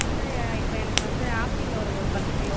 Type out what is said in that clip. sir இப்போ எனக்கு வந்து ஆப்பிள் ஒரு ஒரு பத்து கிலோ